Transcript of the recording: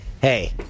Hey